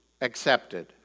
accepted